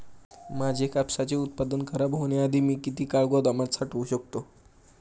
माझे कापसाचे उत्पादन खराब होण्याआधी मी किती काळ गोदामात साठवू शकतो?